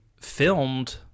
filmed